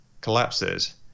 collapses